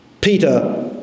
Peter